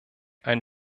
ein